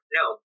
no